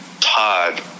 Todd